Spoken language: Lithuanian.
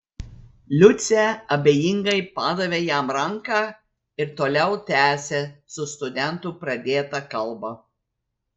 liucė abejingai padavė jam ranką ir toliau tęsė su studentu pradėtą kalbą